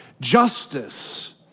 Justice